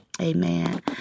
Amen